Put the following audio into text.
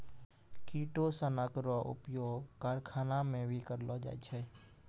किटोसनक रो उपयोग करखाना मे भी करलो जाय छै